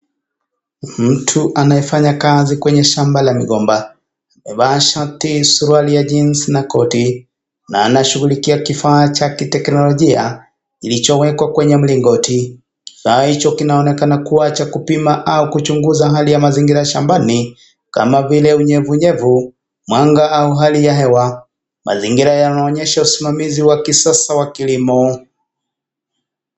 Mtu anayefanya kazi kwenye shamba la migomba. Amevaa shati, suruali ya jeans na koti na anashugulikia kifaa cha kiteknolojia kilichowekwa kwenye mlingoti. Kifaa hicho kinaonekana kuwa cha kupima au kuchunguza hali ya mazingira shambani kama vile unyevunyevu, mwanga au hali ya hewa. Mazingira yanaonyesha usimamamizi wa kisasa wa kilimo.